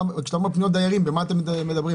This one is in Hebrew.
כשאתה אומר פניות דיירים על מה אתם מדברים?